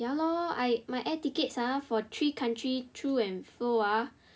ya lor my air tickets ah for three countries to and fro ah